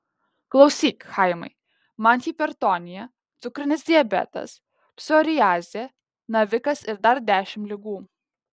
klausyk chaimai man hipertonija cukrinis diabetas psoriazė navikas ir dar dešimt ligų